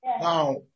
Now